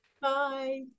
Bye